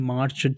March